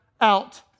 out